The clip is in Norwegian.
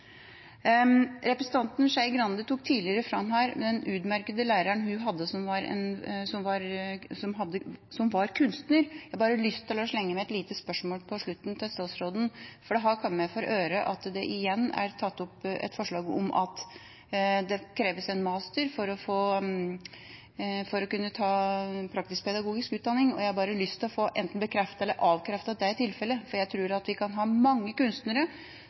Representanten Skei Grande trakk tidligere fram den utmerkede læreren hun hadde, som var kunstner. Jeg har lyst til å slenge med et lite spørsmål på slutten til statsråden, for det har kommet meg for øre at det igjen er tatt opp et forslag om at det skal kreves mastergrad for å ta praktisk-pedagogisk utdanning, og jeg har lyst til å få bekreftet eller avkreftet om det er tilfellet. Jeg tror vi kan ha mange kunstnere